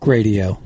Radio